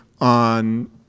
on